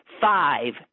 five